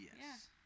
Yes